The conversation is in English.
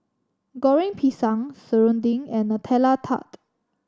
Goreng Pisang serunding and Nutella Tart